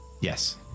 Yes